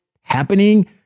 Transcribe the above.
happening